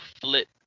flip